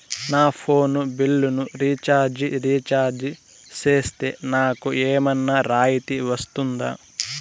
నా ఫోను బిల్లును recharge recharge సేస్తే, నాకు ఏమన్నా రాయితీ వస్తుందా?